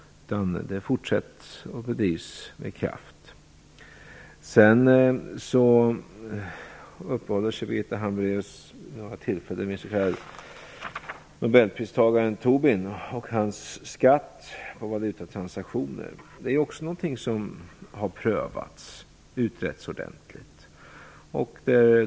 Det arbetet fortsätts och bedrivs med kraft. Birgitta Hambraeus uppehöll sig vid något tillfälle vid nobelpristagaren Tobin och hans skatt på valutatransaktioner. Det har också utretts ordentligt.